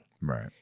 right